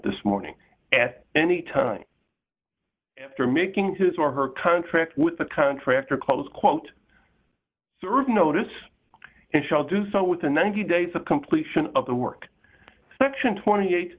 this morning at any time after making his or her contract with the contractor close quote serve notice and shall do so with a ninety days the completion of the work section twenty eight